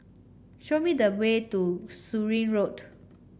show me the way to Surin Road